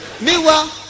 meanwhile